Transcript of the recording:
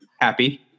happy